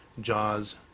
JAWS